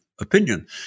opinion